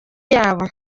yabo